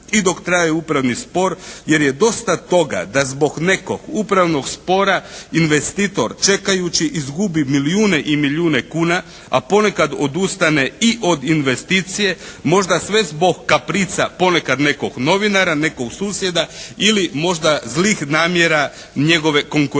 i dok traje upravni spor jer je dosta toga da zbog nekog upravnog spora investitor čekajući izgubi milijune i milijune kuna, a ponekad odustane i od investicije možda sve zbog kaprica ponekad nekog novinara, nekog susjeda ili možda zlih namjera njegove konkurencije.